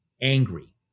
angry